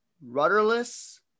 Rudderless